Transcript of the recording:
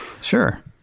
Sure